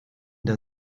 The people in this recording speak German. der